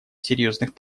серьезных